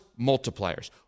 multipliers